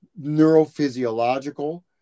neurophysiological